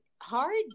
hard